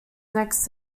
next